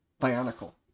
Bionicle